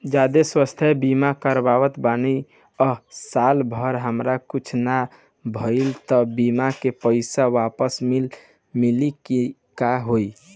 जदि स्वास्थ्य बीमा करावत बानी आ साल भर हमरा कुछ ना भइल त बीमा के पईसा वापस मिली की का होई?